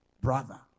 brother